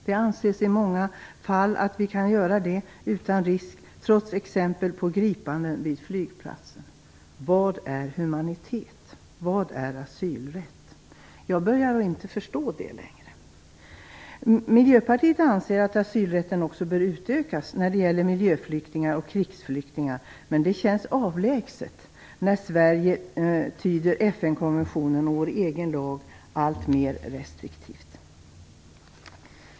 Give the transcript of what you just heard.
Det anses i många fall att vi kan göra det utan risk, trots exempel på gripanden vid flygplatsen. Vad är humanitet? Vad är asylrätt? Jag förstår snart inte det längre. Miljöparitet anser att asylrätten också bör utökas när det gäller miljöflyktingar och krigsflyktingar. Det känns dock avlägset när Sverige tyder FN konventionen och vår egen lag alltmer restriktivt.